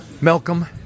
Malcolm